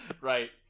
Right